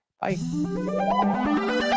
Bye